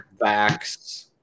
Vax